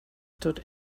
stood